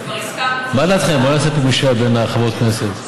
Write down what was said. מה דעתכם שנעשה משאל בין חברות הכנסת,